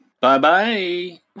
Bye-bye